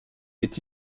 est